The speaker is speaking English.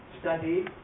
study